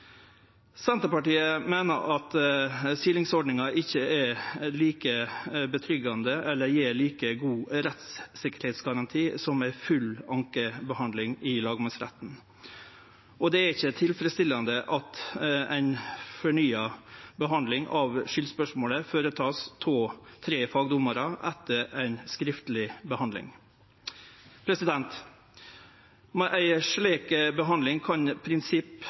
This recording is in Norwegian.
Senterpartiet meiner at silingsordninga ikkje gjev like god rettssikkerheitsgaranti som ei full ankebehandling i lagmannsretten, og det er ikkje tilfredsstillande at ei fornya behandling av skuldspørsmålet vert føreteke av tre fagdommarar etter ei skriftleg behandling. Med ei slik behandling kan prinsipp